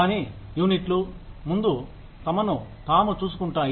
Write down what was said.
కానీ యూనిట్లు ముందు తమను తాము చూసుకుంటాయి